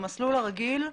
במסלול הרגיל,